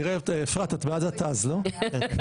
חמישה.